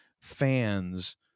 fans